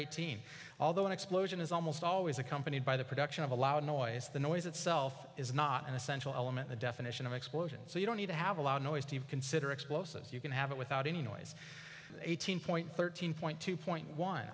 eighteen although an explosion is almost always accompanied by the production of a loud noise the noise itself is not an essential element the definition of explosions so you don't need to have a loud noise to consider explosives you can have it without any noise eighteen point thirteen point two point one